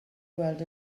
weld